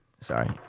Sorry